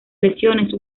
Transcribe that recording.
lesiones